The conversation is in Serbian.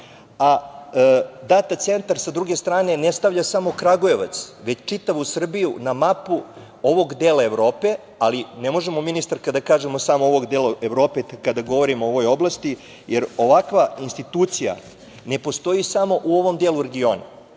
Data centar sa druge strane ne stavlja samo Kragujevac već čitavu Srbiju na mapu ovog dela Evrope, ali ne možemo, ministarka, da kažemo samo ovog dela Evrope kada govorimo o ovoj oblasti, jer ovakva institucija ne postoji samo u ovom delu regiona,